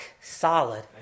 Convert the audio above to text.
solid